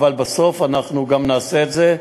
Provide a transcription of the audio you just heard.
אבל בסוף אנחנו גם נעשה את זה.